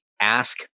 ask